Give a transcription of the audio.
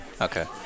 okay